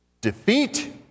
defeat